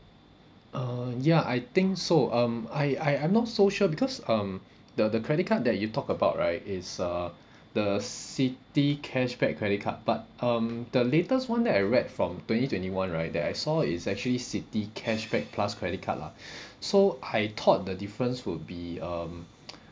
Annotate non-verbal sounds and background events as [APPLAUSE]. uh ya I think so um I I I'm not so sure because um the the credit card that you talk about right is uh the Citi cashback credit card but um the latest one that I read from twenty twenty one right that I saw is actually Citi cashback plus credit card lah [BREATH] so I thought the difference would be um [NOISE]